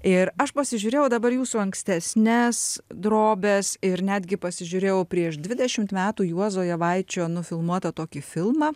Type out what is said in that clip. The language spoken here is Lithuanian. ir aš pasižiūrėjau dabar jūsų ankstesnes drobes ir netgi pasižiūrėjau prieš dvidešimt metų juozo javaičio nufilmuotą tokį filmą